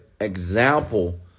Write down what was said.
example